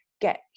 get